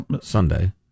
Sunday